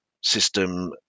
system